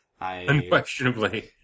Unquestionably